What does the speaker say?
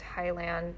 Thailand